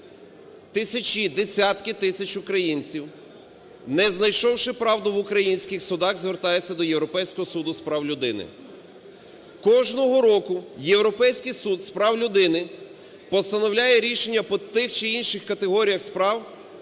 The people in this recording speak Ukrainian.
Тисячі, десятки тисяч українців, не знайшовши правду в українських судах, звертаються до Європейського суду з прав людини. Кожного року Європейський суд з прав людини постановляє рішення по тих чи інших категоріях справ